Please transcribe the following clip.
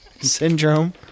Syndrome